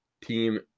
Team